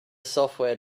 software